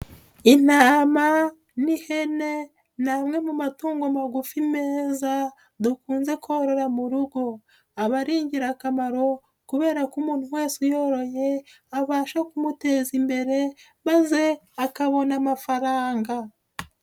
Intama n'ihene ni amwe mu matungo magufi meza dukunze korora mu rugo. Aba ari ingirakamaro kubera ko umuntu wese uyoroye abasha kumuteza imbere, maze akabona amafaranga.